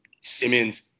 Simmons